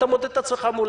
אתה מודד את עצמך מולם.